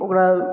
ओकरा